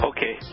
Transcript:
Okay